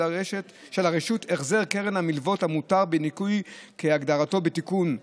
הרשות החזר קרן המלוות המותר בניכוי כהגדרתו בתיקון.